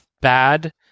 bad